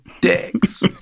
dicks